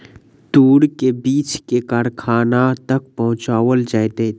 तूर के बीछ के कारखाना तक पहुचौल जाइत अछि